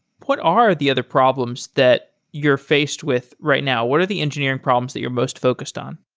what are the other problems that you're faced with right now? what are the engineering problems that you're most focused on?